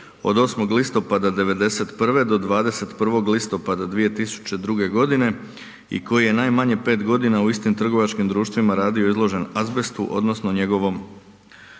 od 8. listopada 1991. do 21. listopada 2002. g. i koji je najmanje 5 g. u istim trgovačkim društvima radio izložen azbestu odnosno njegovom